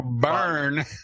Burn